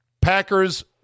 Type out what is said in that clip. Packers